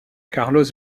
carlos